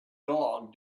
dog